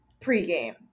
pregame